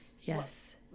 Yes